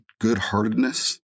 good-heartedness